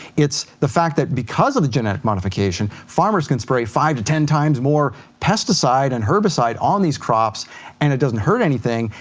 it's the fact that because of genetic modification, farmers can spray five to ten times more pesticide and herbicide on these crops and it doesn't hurt anything.